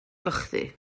gochddu